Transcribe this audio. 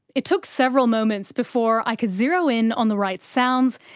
it took several moments before i could zero-in on the right sounds,